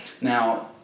now